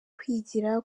kwigira